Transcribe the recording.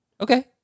Okay